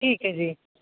ਠੀਕ ਏ ਜੀ